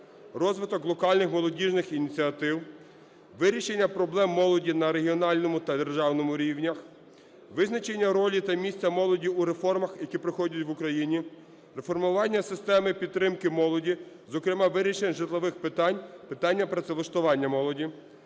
розвиток локальних молодіжних ініціатив; вирішення проблем молоді на регіональному та державному рівнях; визначення ролі та місця молоді у реформах, які проходять в Україні; реформування системи підтримки молоді, зокрема вирішення житлових питань; питання працевлаштування молоді;